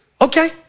Okay